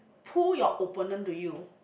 pull your opponent to you